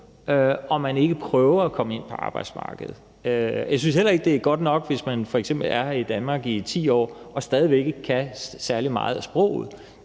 og man ikke prøver at komme ind på arbejdsmarkedet. Jeg synes heller ikke, det er godt nok, hvis man f.eks. er i Danmark i 10 år og stadig væk ikke kan særlig meget af sproget.